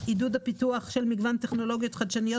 עידוד הפיתוח של מגוון טכנולוגיות חדשניות